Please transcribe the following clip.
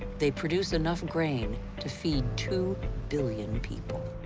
they produce enough grain to feed two billion people.